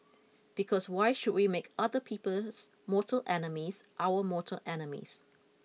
because why should we make other people's mortal enemies our mortal enemies